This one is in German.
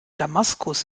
damaskus